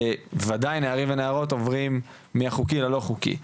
ודאי נערים ונערות, עוברים מהחוקי ללא חוקי.